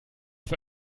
für